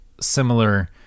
similar